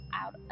out